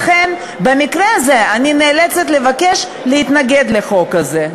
לכן, במקרה הזה, אני נאלצת לבקש להתנגד לחוק הזה.